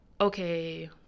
okay